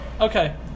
Okay